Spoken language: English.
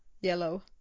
yellow